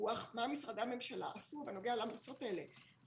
דיווח מה משרדי הממשלה עשו בנוגע להמלצות האלה.